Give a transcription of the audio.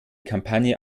kampagne